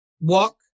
walk